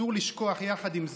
אסור לשכוח, יחד עם זאת,